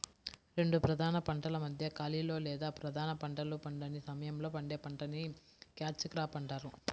రెండు ప్రధాన పంటల మధ్య ఖాళీలో లేదా ప్రధాన పంటలు పండని సమయంలో పండే పంటని క్యాచ్ క్రాప్ అంటారు